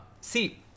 see